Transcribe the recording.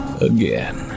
again